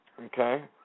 Okay